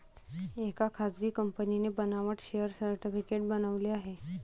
एका खासगी कंपनीने बनावट शेअर सर्टिफिकेट बनवले आहे